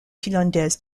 finlandaise